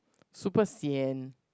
super sian